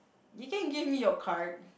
you can give me your card